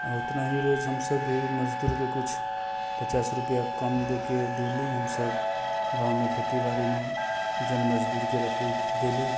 आओर ओतना ही रोज हमसब भी रोज मजूदरके किछु पचास रुपैआ कम दैके देली हमसब गाँवमे खेती बाड़ीमे जन मजदूरके रखली तऽ देली